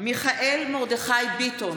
מיכאל מרדכי ביטון,